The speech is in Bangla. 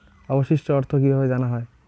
অবশিষ্ট অর্থ কিভাবে জানা হয়?